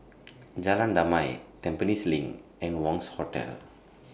Jalan Damai Tampines LINK and Wangz Hotel